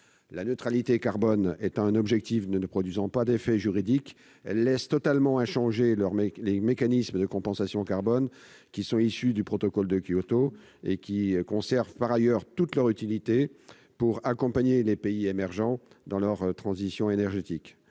La neutralité carbone étant un objectif mais ne produisant pas d'effets juridiques, elle laisse totalement inchangés les mécanismes de compensation carbone issus du protocole de Kyoto, qui conservent par ailleurs toute leur utilité pour accompagner les pays émergents dans leur transition énergétique.